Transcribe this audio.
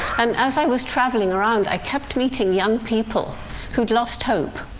and as i was traveling around, i kept meeting young people who'd lost hope.